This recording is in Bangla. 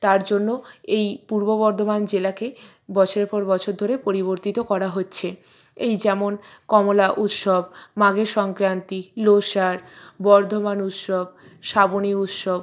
তার জন্য এই পূর্ব বর্ধমান জেলাকে বছরের পর বছর ধরে পরিবর্তিত করা হচ্ছে এই যেমন কমলা উৎসব মাঘের সংক্রান্তি লোসার বর্ধমান উৎসব শ্রাবণী উৎসব